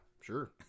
sure